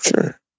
sure